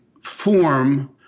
form